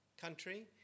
country